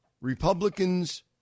Republicans